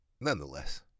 nonetheless